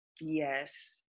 Yes